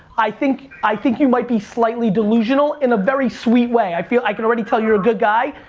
i think i think you might be slightly delusional, in a very sweet way, i feel i can already tell you're a good guy.